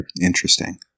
Interesting